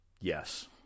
yes